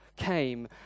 came